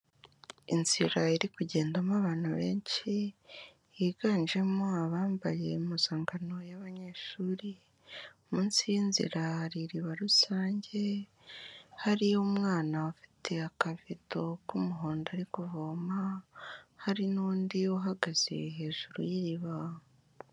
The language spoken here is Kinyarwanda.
Inzira iri kugendamo abantu benshi, higanjemo abambaye impuzangano y'abanyeshuri, munsi y'inzira hari iriba rusange, hariyo umwana ufite akavito k'umuhondo ari kuvoma, hari n'undi uhagaze hejuru y'iriba.